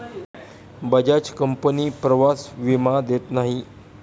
Bajaj company प्रवास विमा देत नाही